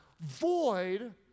Void